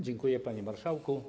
Dziękuję, panie marszałku!